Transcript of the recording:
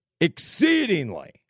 exceedingly